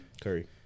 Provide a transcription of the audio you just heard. Curry